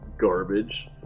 Garbage